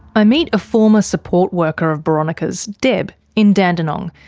i meet a former support worker of boronika's, deb, in dandenong,